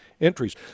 entries